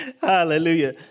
Hallelujah